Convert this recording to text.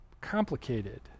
complicated